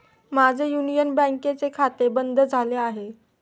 माझे युनियन बँकेचे खाते बंद झाले आहे